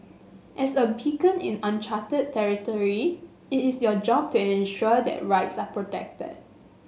as a beacon in uncharted territory it is your job to ensure that rights are protected